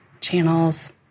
channels